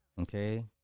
Okay